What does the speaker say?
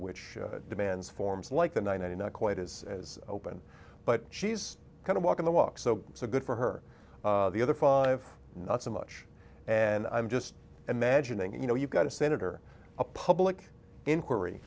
which demands forms like the ninety not quite is as open but she's kind of walking the walk so so good for her the other five not so much and i'm just imagining you know you've got a senator a public inquiry